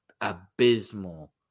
abysmal